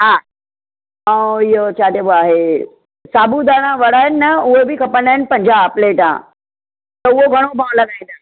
हा ऐं इहो छा चइबो आहे इहे साबुदाना वड़ा आहिनि न उहे बि खपंदा आहिनि पंजाहु प्लेटांं उहे घणो भाओ लॻाईंदा आहियो